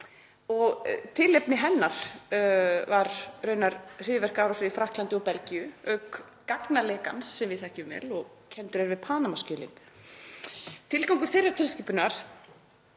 og tilefni hennar var raunar hryðjuverkaárásir í Frakklandi og Belgíu auk gagnalekans sem við þekkjum vel og kenndur er við Panama-skjölin. Tilgangur þeirrar tilskipunar